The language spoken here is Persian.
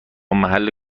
محل